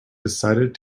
decided